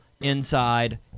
inside